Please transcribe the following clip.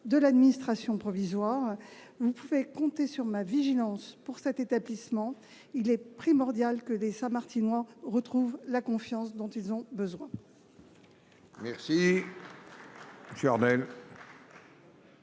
de l'administration provisoire. Vous pouvez compter sur ma vigilance. Il est primordial que les Saint-Martinois retrouvent la confiance dont ils ont besoin.